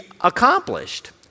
accomplished